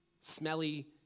smelly